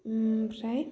ओमफ्राय